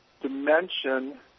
dimension